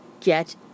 Get